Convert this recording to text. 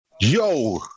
Yo